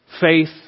faith